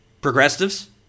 progressives